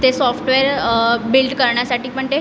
ते software build करण्यासाठी पण ते